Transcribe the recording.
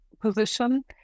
position